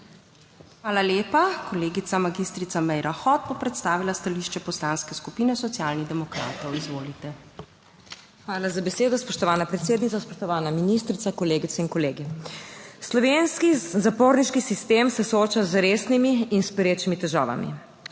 Hvala lepa. Kolegica magistrica Meira Hot bo predstavila stališče Poslanske skupine Socialnih demokratov. Izvolite. MAG. MEIRA HOT (PS SD): Hvala za besedo, spoštovana predsednica. Spoštovana ministrica, kolegice in kolegi! Slovenski zaporniški sistem se sooča z resnimi in s perečimi težavami.